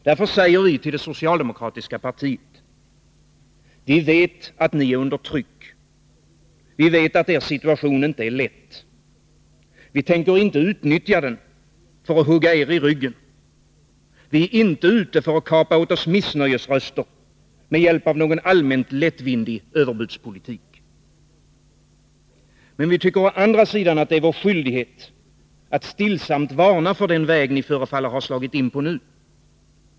Därför säger vi till det socialdemokratiska partiet: Vi vet att ni är under tryck. Vi vet att er situation inte är lätt. Vi tänker inte utnyttja den för att hugga er i ryggen. Vi är inte ute för att kapa åt oss missnöjesröster med hjälp av någon allmänt lättvindig överbudspolitik. Men vi tycker å andra sidan att det är vår skyldighet att stillsamt varna för den väg ni förefaller ha slagit in på.